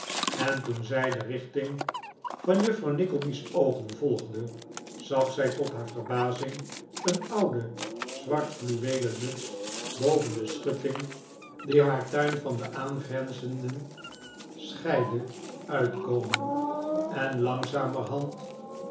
en toen zij de richting van juffrouw nickleby's oogen volgde zag zij tot haar verbazing een oude zwart fluweelen mttts boven de schutting die haar tuin van den aangrenzenden scheidde uitkomen en langzamerhand